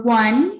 one